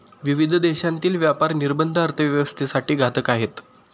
विविध देशांतील व्यापार निर्बंध अर्थव्यवस्थेसाठी घातक आहेत